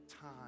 time